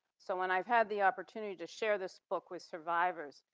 so, when i've had the opportunity to share this book with survivors,